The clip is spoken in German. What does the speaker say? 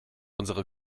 unsere